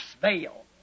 veil